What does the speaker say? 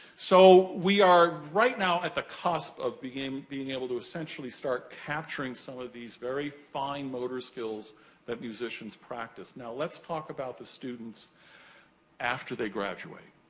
so, we are, right now at the cusp of being able to essentially start capturing some of these very fine motor skills that musicians practice. now, let's talk about the students after they graduate.